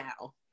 now